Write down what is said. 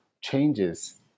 changes